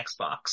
Xbox